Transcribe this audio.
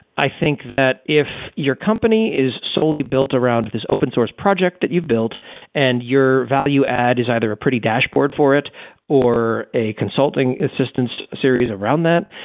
i think that if your company is solely built around his open source project that you've built and your value-add is either a pretty dashboard for it or a consulting assistance series around that,